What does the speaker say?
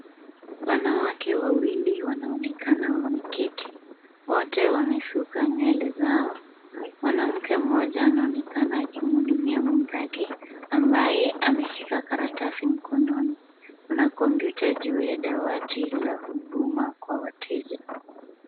Wanawake wawili wanaonekana wameketi. Wote wamesuka nywele zao. Mwanamke mmoja anaonekana akimhudumia mwenzake, ambaye ameshika karatasi mkononi. Kuna kompyuta juu ya dawati la huduma kwa wateja.